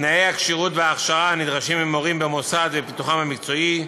תנאי הכשירות וההכשרה הנדרשים ממורים במוסד ופיתוחם המקצועי,